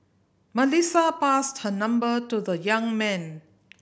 Melissa passed her number to the young man